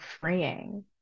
freeing